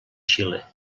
xile